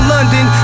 London